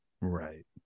Right